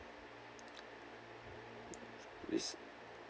this